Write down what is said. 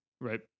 Right